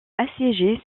assiégés